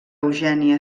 eugènia